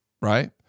Right